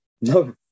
No